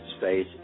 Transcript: Space